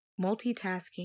Multitasking